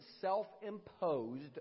self-imposed